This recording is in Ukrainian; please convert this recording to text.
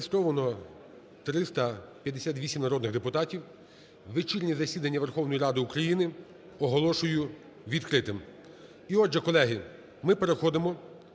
Зареєстровано 358 народних депутатів. вечірнє засідання Верховної Ради України оголошую відкритим. І отже, колеги, ми переходимо